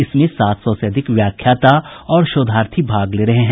इसमें सात सौ से अधिक व्याख्याता और शोधार्थी भाग ले रहे हैं